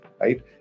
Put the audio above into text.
right